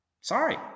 Sorry